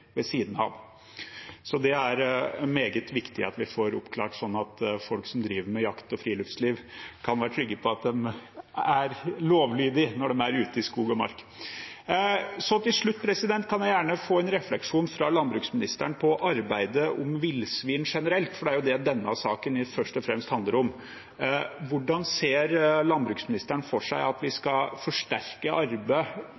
ved siden av. Dette er det meget viktig at vi får avklart, slik at folk som driver med jakt og friluftsliv, kan være trygge på at de er lovlydige når de er ute i skog og mark. Til slutt vil jeg gjerne ha en refleksjon fra landbruksministeren rundt arbeidet med villsvin generelt, for det er jo det denne saken først og fremst handler om. Hvordan ser landbruksministeren for seg at vi